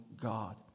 God